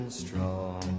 strong